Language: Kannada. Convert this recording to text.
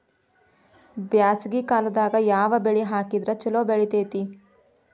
ಬ್ಯಾಸಗಿ ಕಾಲದಾಗ ಯಾವ ಬೆಳಿ ಹಾಕಿದ್ರ ಛಲೋ ಬೆಳಿತೇತಿ?